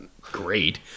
great